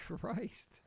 Christ